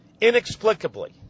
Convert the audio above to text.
Inexplicably